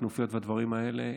כנופיות והדברים האלה,